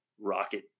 rocket